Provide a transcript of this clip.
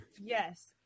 Yes